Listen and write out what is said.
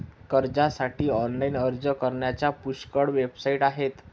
कर्जासाठी ऑनलाइन अर्ज करण्याच्या पुष्कळ वेबसाइट आहेत